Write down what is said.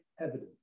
evidence